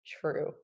true